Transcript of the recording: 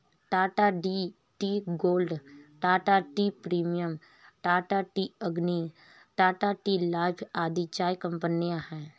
Tata tea gold, Tata tea premium, Tata tea Agni, Tata tea life आदि चाय कंपनियां है